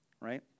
right